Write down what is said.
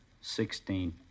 Sixteen